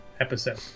episode